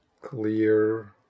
clear